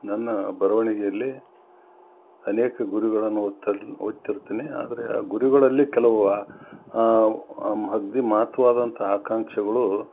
ನನ್ನ ಬರೆವಣಿಗೆಯಲ್ಲಿ ಅನೇಕ ಗುರಿಗಳನ್ನು ಹೊತಲ ಹೊತ್ತು ಇರ್ತೀನಿ ಆದರೆ ಆ ಗುರಿಗಳಲ್ಲಿ ಕೆಲವು ಅಗ್ದಿ ಮತ್ವಾದಂತ ಅಕಾಂಕ್ಷೆಗಳು